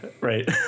right